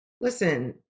listen